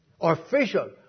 official